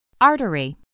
Artery